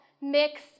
mix